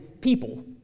people